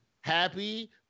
happy